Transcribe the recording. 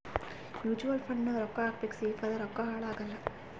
mutual fund ನಾಗ್ ರೊಕ್ಕಾ ಹಾಕಬೇಕ ಸೇಫ್ ಅದ ರೊಕ್ಕಾ ಹಾಳ ಆಗಲ್ಲ